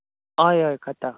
हय हय खातां